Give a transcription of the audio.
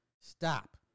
Stop